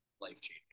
life-changing